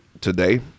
today